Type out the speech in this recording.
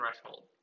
threshold